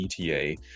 ETA